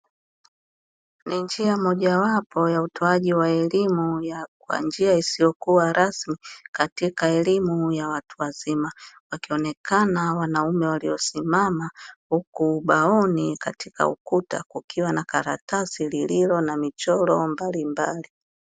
Ni njia mojawapo ya utoaji wa elimu ya kwa njia isiyo kuwa rasmi, katika elimu ya watu wazima, wakionekana wanaume walio simama, huku ubaoni katika ukuta, kukiwa na karatasi lililo na michoro mbalimbali.